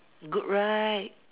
good right